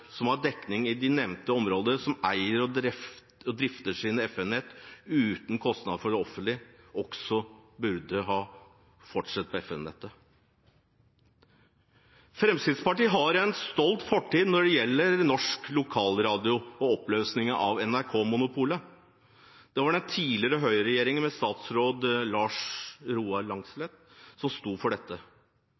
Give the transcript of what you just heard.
som har dekning i de nevnte områdene, som eier og drifter sine FM-nett uten kostnad for det offentlige, burde få fortsette på FM-nettet. Fremskrittspartiet har en stolt fortid når det gjelder norsk lokalradio og oppløsningen av NRK-monopolet. Det var den tidligere Høyre-regjeringen, med statsråd Lars Roar Langslet, som sto for dette.